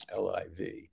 LIV